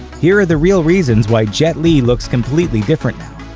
here are the real reasons why jet li looks completely different now.